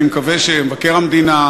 אני מקווה שמבקר המדינה,